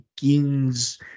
begins